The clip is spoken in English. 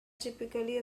typically